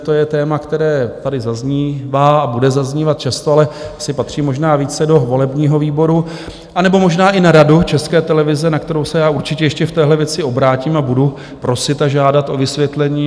To je téma, které tady zaznívá a bude zaznívat často, ale asi patří možná více do volebního výboru, nebo možná i na Radu České televize, na kterou se já určitě ještě v téhle věci obrátím, a budu prosit a žádat o vysvětlení.